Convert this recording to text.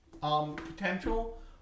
Potential